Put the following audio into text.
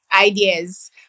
ideas